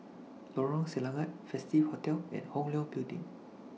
Lorong Selangat Festive Hotel and Hong Leong Building